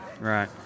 Right